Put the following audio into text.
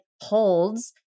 holds